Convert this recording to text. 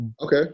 okay